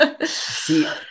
See